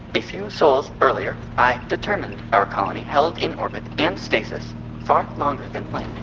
a few sols earlier, i determined our colony held in orbit and stasis far longer than planned.